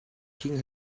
king